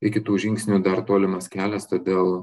iki tų žingsnių dar tolimas kelias todėl